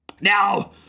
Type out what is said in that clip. Now